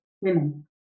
women